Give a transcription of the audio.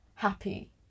happy